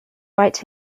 right